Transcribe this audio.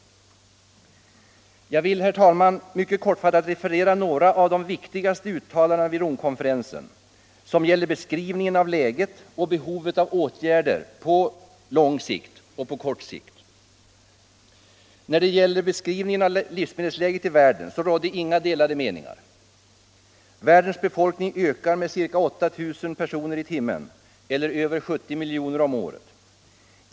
Jag vill, herr talman, mycket kortfattat referera några av de viktigaste uttalandena vid Romkonferensen som gäller beskrivningen av läget och behovet av åtgärder på lång och på kort sikt. När det gällde beskrivningen av livsmedelsläget i världen rådde inga delade meningar. Världens befolkning ökar med ca 8 000 personer i timmen eller över 70 miljoner om året.